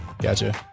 Gotcha